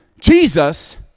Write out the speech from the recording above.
Jesus